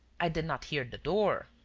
i did not hear the door.